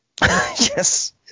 Yes